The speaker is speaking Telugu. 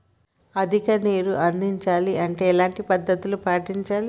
అధిక నీరు అందించాలి అంటే ఎలాంటి పద్ధతులు పాటించాలి?